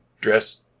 dress